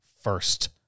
first